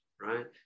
right